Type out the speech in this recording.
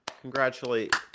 congratulate